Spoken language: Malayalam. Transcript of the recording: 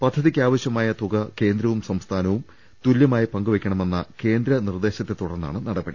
പദ്ധതിക്ക് ആവശ്യമായ തുക കേന്ദ്രവും സംസ്ഥാനവും തുല്യ മായി പങ്കുവെക്കണമെന്ന കേന്ദ്ര നിർദേശത്തെ തുടർന്നാണ് നടപ ടി